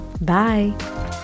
Bye